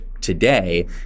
today